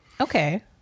Okay